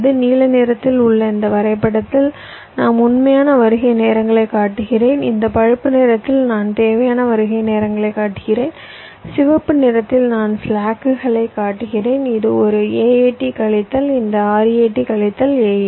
நீல நிறத்தில் உள்ள இந்த வரைபடத்தில் நான் உண்மையான வருகை நேரங்களைக் காட்டுகிறேன் இந்த பழுப்பு நிறத்தில் நான் தேவையான வருகை நேரங்களைக் காட்டுகிறேன் சிவப்பு நிறத்தில் நான் ஸ்லாக்குகளைக் காட்டுகிறேன் இது ஒரு AAT கழித்தல் இந்த RAT கழித்தல் AAT